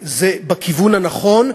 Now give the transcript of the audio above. זה בכיוון הנכון,